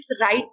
right